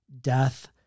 death